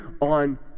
on